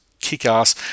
kick-ass